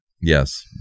Yes